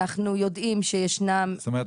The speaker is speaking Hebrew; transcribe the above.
אנחנו יודעים שישנם --- זאת אומרת,